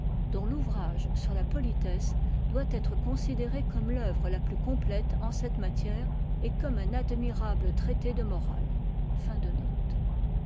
dont l'ouvrage sur la politesse doit être considéré comme l'œuvre la plus complète en cette matière et comme un admirable traité de morale